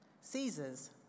Caesar's